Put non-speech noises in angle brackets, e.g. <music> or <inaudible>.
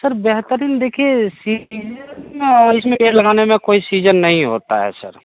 sir बेहतरीन देखिए <unintelligible> इसमें पेड़ लगाने में कोई सीजन नहीं होता है सर